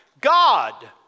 God